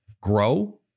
grow